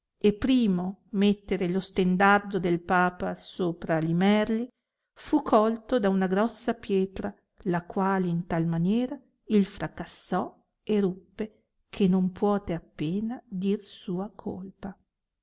e primo mettere lo stendardo del papa sopra li merli fu colto da una grossa pietra la quale in tal maniera il fracassò e ruppe che non puote appena dir sua colpa